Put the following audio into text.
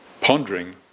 pondering